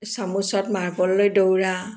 চামুচত marble লৈ দৌৰা